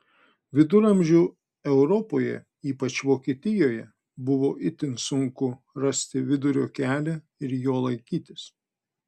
viduramžių europoje ypač vokietijoje buvo itin sunku rasti vidurio kelią ir jo laikytis